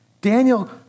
Daniel